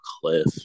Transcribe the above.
cliff